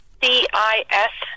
cis